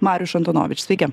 marijuš antonovič sveiki